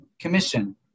commission